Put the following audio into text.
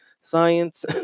science